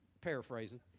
paraphrasing